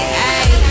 hey